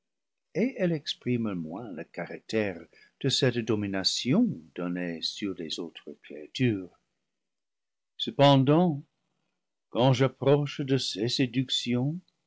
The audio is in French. et elle exprime moins le caractère de cette domination donnée sur les autres créatures cependant quand j'approche de ses séductions